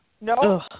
No